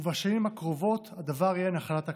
ובשנים הקרובות הדבר יהיה נחלת הכלל.